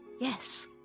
yes